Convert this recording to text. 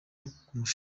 mushasha